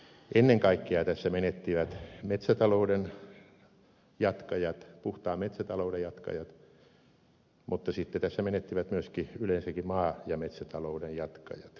ennen kaikkea tässä menettivät puhtaan metsätalouden jatkajat mutta sitten tässä menettivät myöskin yleensäkin maa ja metsätalouden jatkajat